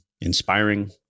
inspiring